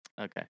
Okay